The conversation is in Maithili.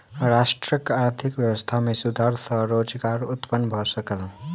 राष्ट्रक आर्थिक व्यवस्था में सुधार सॅ रोजगार उत्पन्न भ सकल